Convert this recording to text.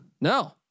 No